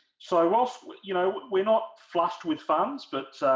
so awful you know we're not flushed with funds but